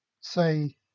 say